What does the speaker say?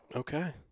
Okay